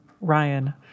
Ryan